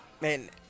Man